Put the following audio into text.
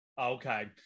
Okay